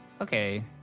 Okay